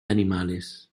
animales